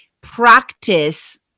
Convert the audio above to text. practice